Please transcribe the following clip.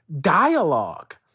dialogue